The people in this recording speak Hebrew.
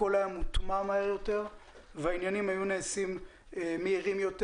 הכל היה מוטמע יותר מהר והעניינים היו נעשים מהירים יותר.